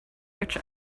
which